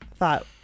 thought